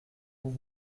vous